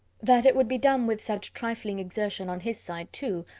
that it would be done with such trifling exertion on his side, too,